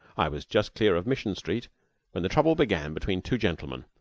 i was just clear of mission street when the trouble began between two gentlemen,